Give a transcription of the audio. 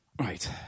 Right